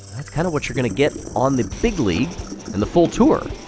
that's kind of what you're gonna get on the big league and the full tour.